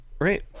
right